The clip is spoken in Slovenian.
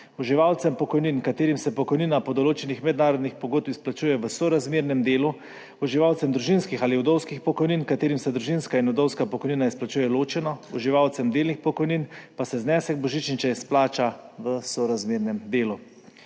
Uživalcem pokojnin, ki se jim pokojnina po določenih mednarodnih pogodbah izplačuje v sorazmernem delu, uživalcem družinskih ali vdovskih pokojnin, katerim se družinska in vdovska pokojnina izplačuje ločeno, uživalcem delnih pokojnin pa se znesek božičnice izplača v sorazmernem delu.